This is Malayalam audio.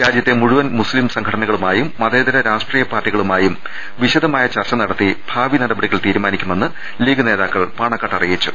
രാജ്യത്തെ മുഴുവൻ മുസ്ലീം സംഘടനകളുമായും മതേതര രാഷ്ട്രീയ പാർട്ടികളുമായും വിശദമായ ചർച്ച നടത്തി ഭാവി നടപടികൾ തീരുമാനിക്കുമെന്ന് ലീഗ് നേതാക്കൾ പാണക്കാട്ട് അറിയിച്ചു